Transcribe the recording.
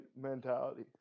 mentality